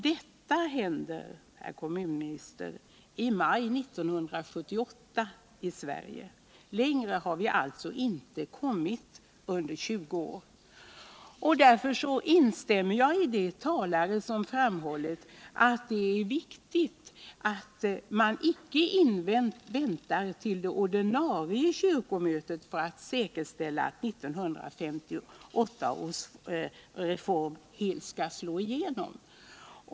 Detta händer, herr kommunminister, i maj 1978 i Sverige. Längre har vi alltså inte kommit under 20 år. Därför instämmer jag med de talare som framhåller att det är viktigt att man inte väntar till det ordinarie kyrkomötet för att säkerställa att 1958 års reform helt skall slå igenom.